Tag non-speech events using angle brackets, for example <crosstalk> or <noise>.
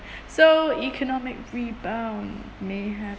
<breath> so economic rebound may happen